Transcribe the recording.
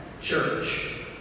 church